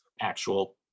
actual